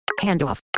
Handoff